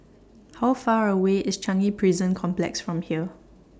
How Far away IS Changi Prison Complex from here